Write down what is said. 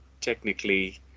technically